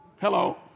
Hello